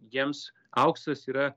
jiems auksas yra